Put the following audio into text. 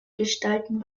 gestalten